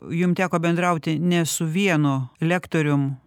jum teko bendrauti ne su vienu lektorium